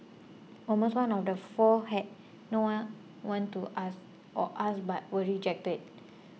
almost one on the four had no one one to ask or asked but were rejected